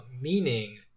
Meaning